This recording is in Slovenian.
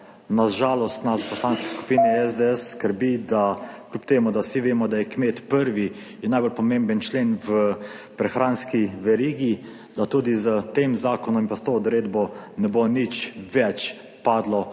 na žalost nas v Poslanski skupini SDS skrbi, da kljub temu, da vsi vemo, da je kmet prvi in najbolj pomemben člen v prehranski verigi, da tudi s tem zakonom in pa s to odredbo ne bo nič več padlo